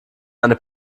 eine